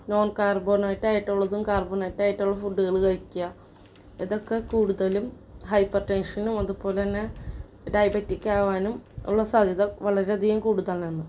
non കാർബണെയ്റ്റായിട്ടുള്ളതും കാർബണെയ്റ്റായിട്ടുള്ള ഫുഡ്ഡുകൾ കഴിക്കുക ഇതൊക്കെ കൂടുതലും ഹൈപ്പർ ടെൻഷനും അതുപോലെ തന്നെ ഡയബറ്റിക്കാകാനും ഉള്ള സാദ്ധ്യത വളരെ അധികം കൂടുതലാണ്